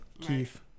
Keith